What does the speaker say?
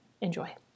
Enjoy